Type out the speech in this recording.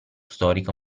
storico